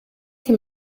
can